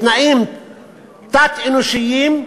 בתנאים תת-אנושיים,